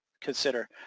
consider